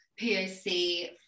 POC